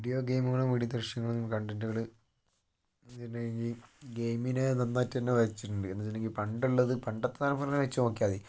video ഗെയിമുകളും video ദൃശ്യങ്ങളും കണ്ടന്റുകൾ ഇതിനിടക്ക് ഗെയിമിനെ നന്നായിട്ട് തന്നെ ബാധിച്ചിട്ടുണ്ട് എന്ന് വെച്ചിട്ടുണ്ടെങ്കിൽ പണ്ടുള്ളത് പണ്ടത്തെ തലമുറയെ വെച്ച് നോക്കിയാൽ മതി